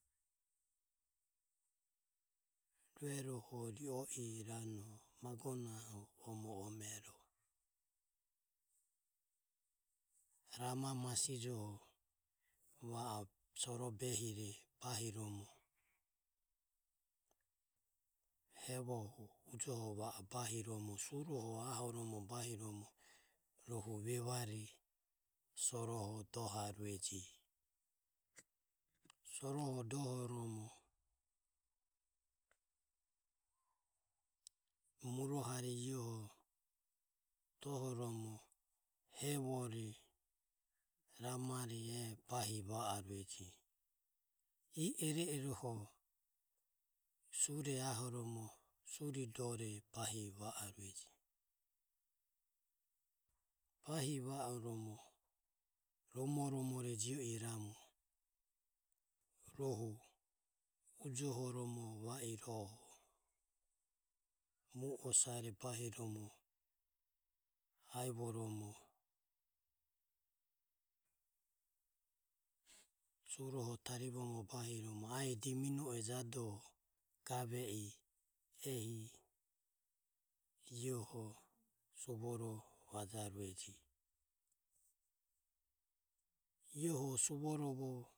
Rueroho ri o i ranoho magonahe omo omero rama masijoho va o soro behire bahiromo hevoho ujoho va o bahiromo suroho ahoromo bahiromo rohu evare soroho dohaurege. Soroho dohoromo murohare iaeho dohoromo hevore, ramare e bahi va arueje. Iae iro iroho sure ahoromo suri dore bahi va aruege. Bahi va oromo romo romore jio iramu rohu ujoho romo va iroho mue osare bahiromo aivoromo suroho tarivoromo ro bahiromo ae dimeno e jade ehi gave e ehi iaeho suvoroho vajaureje. Iae ho suvorovo.